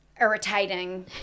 irritating